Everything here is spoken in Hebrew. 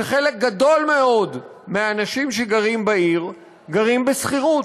שחלק גדול מאוד מהאנשים שגרים בה גרים בשכירות,